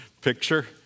picture